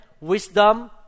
wisdom